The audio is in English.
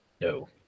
No